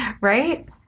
Right